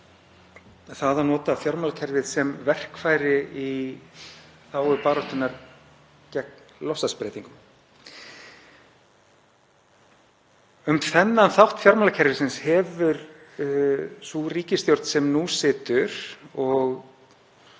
á að nota fjármálakerfið sem verkfæri í þágu baráttunnar gegn loftslagsbreytingum. Um þennan þátt fjármálakerfisins hefur sú ríkisstjórn sem nú situr og